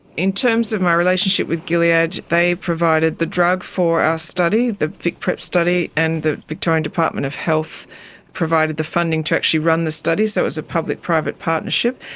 in terms of my relationship with gilead, they provided the drug for our ah study, the vic prep study, and the victorian department of health provided the funding to actually run the study, so it was a public-private partnership.